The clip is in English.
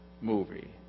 movie